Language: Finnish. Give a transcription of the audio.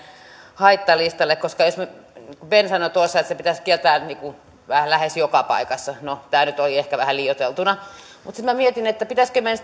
haittalistalle esimerkiksi ben sanoi tuossa että se pitäisi kieltää lähes joka paikassa no tämä nyt oli ehkä vähän liioiteltuna mutta sitten minä mietin pitäisikö meidän